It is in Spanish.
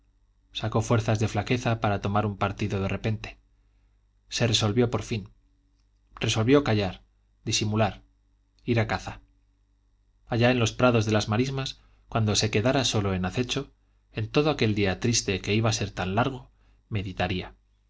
sacó fuerzas de flaqueza para tomar un partido de repente se resolvió por fin resolvió callar disimular ir a caza allá en los prados de las marismas cuando se quedara solo en acecho en todo aquel día triste que iba a ser tan largo meditaría y